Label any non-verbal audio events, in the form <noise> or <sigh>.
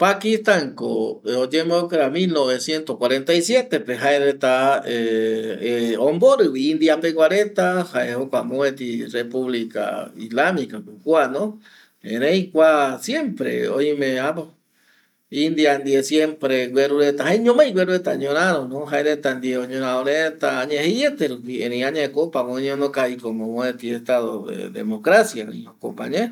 Pakistan ko oyembo crea mil noveciento cuarentai siete pe jae reta <hesitation> omborɨ vi india pegua reta, jae jokua mopeti republica islamica ko kua no erei kua siempre oime apo, india ndie siempre gueru reta, jaeñomai gueru reta ñoraro no jae reta ndie oñoraro reta añae jeiete rupi, erei añae ko opa ma oñono kavi como mopeti estado de democracia oi jokope añae